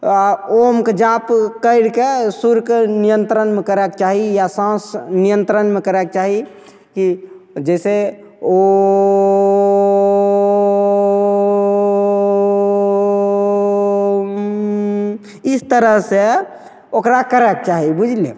ओम के जाप करिके सुरके नियन्त्रणमे करैके चाही या साँस नियन्त्रणमे करैके चाही कि जइसे ओऽऽऽऽऽऽऽऽऽऽऽम इस तरहसे ओकरा करैके चाही बुझलिए